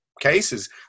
cases